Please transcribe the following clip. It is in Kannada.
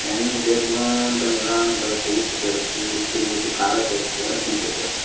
ಎಣ್ಣೆ ಸೇರ್ಸ್ಕೋಂತ ನಿಧಾನಕ್ಕೆ ಅದಕ್ಕೆ ಉಪ್ಪು ಸೇರಿಸ್ತೀವಿ ಉಪ್ಪಿನ ಜೊತೆ ಖಾರ ಸೇರ್ಸ್ತೀವಿ ಅರ್ಶಿನ ಪುಡಿ ಸೇರ್ಸ್ತೀವಿ